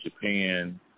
Japan